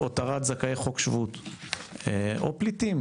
הותרת זכאי חוק שבות או פליטים